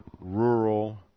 rural